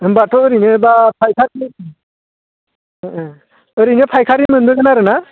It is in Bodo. होमबाथ' ओरैनोबा फाइखारि ओरैनो फाइखारि मोनबोगोन आरो ना